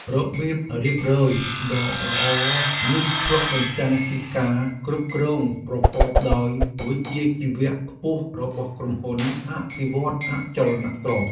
របៀបរៀបរយដ៏ល្អនេះឆ្លុះបញ្ចាំងពីការគ្រប់គ្រងប្រកបដោយវិជ្ជាជីវៈខ្ពស់របស់ក្រុមហ៊ុនអភិវឌ្ឍន៍អចលនទ្រព្យ។